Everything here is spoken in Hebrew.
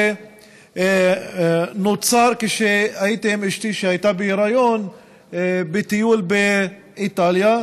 נוצר כשהייתי עם אשתי כשהייתה בהיריון בטיול באיטליה,